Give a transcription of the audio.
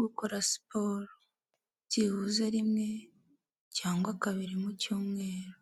Gukora siporo byibuze rimwe cyangwa kabiri mu cyumweru,